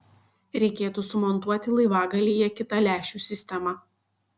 reikėtų sumontuoti laivagalyje kitą lęšių sistemą